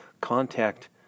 Contact